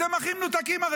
הרי אתם הכי מנותקים.